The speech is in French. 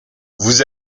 vous